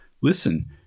listen